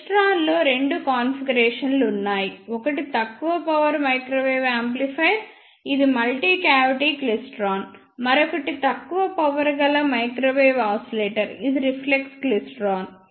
క్లైస్ట్రాన్లో రెండు కాన్ఫిగరేషన్లు ఉన్నాయి ఒకటి తక్కువ పవర్ మైక్రోవేవ్ యాంప్లిఫైయర్ ఇది మల్టీ క్యావిటీ క్లైస్ట్రాన్ మరొకటి తక్కువ పవర్ గల మైక్రోవేవ్ ఆసిలేటర్ ఇది రిఫ్లెక్స్ క్లైస్ట్రాన్